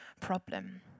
problem